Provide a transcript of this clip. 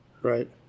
Right